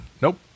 Nope